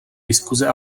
diskuse